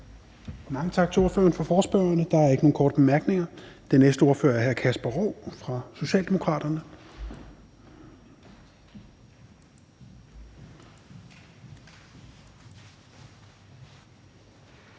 Mange tak til ordføreren for forespørgerne. Der er ikke nogen korte bemærkninger. Den næste ordfører er hr. Kasper Roug fra Socialdemokraterne.